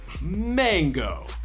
Mango